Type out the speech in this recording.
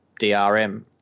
drm